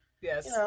yes